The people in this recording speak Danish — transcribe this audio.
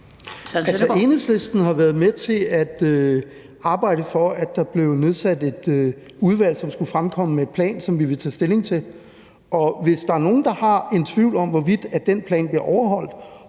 Enhedslisten har været med til at arbejde for, at der blev nedsat et udvalg, som skulle fremkomme med en plan, som vi vil tage stilling til. Og hvis der er nogen, der har en tvivl om, hvorvidt den plan bliver overholdt